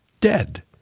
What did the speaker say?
dead